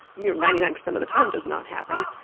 you know ninety nine percent of the time does not happen,